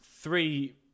three